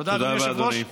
תודה, אדוני היושב-ראש.